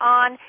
on